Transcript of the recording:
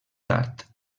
tard